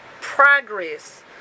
progress